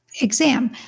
exam